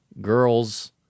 girls